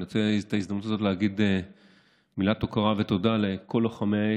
אני מנצל את ההזדמנות הזאת להגיד מילת הוקרה ותודה לכל לוחמי האש,